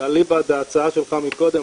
ואליבא דהצעה שלך מקודם,